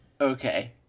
Okay